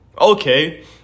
okay